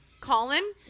Colin